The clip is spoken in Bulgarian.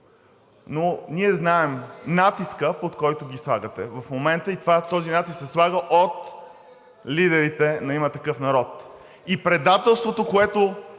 но ние знаем натиска, под който ги слагате в момента, и този натиск се слага от лидерите на „Има такъв народ“. И предателството, което